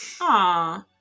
Aw